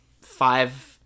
five